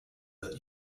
that